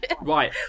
Right